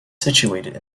situated